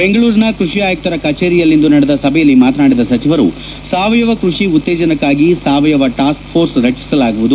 ಬೆಂಗಳೂರಿನ ಕೃಷಿ ಆಯುಕ್ತರ ಕಚೇರಿಯಲ್ಲಿ ಇಂದು ನಡೆದ ಸಭೆಯಲ್ಲಿ ಮಾತನಾಡಿದ ಸಚಿವರು ಸಾವಯವ ಕೃಷಿ ಉತ್ತೇಜನಕ್ಕಾಗಿ ಸಾವಯವ ಟಾಸ್ಕ್ಪೋರ್ಸ್ ರಚಿಸಲಾಗುವುದು